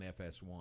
FS1